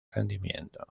rendimiento